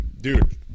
dude